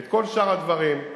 את כל שאר הדברים.